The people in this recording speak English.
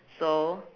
so